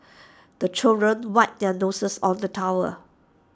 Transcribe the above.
the children wipe their noses on the towel